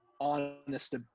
honest